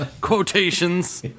Quotations